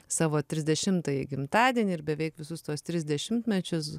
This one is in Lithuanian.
savo trisdešimtąjį gimtadienį ir beveik visus tuos tris dešimtmečius